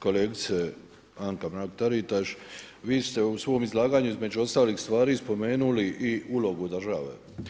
Kolegice Anka Mrak-Taritaš, vi ste u svom izlaganju između ostalih stvari spomenuli i ulogu države.